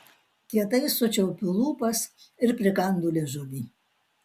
kietai sučiaupiu lūpas ir prikandu liežuvį